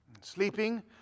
Sleeping